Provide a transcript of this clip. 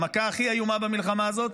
המכה הכי איומה במלחמה הזאת,